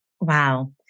Wow